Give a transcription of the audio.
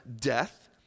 death